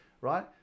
right